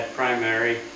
primary